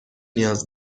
نیاز